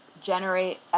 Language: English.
generate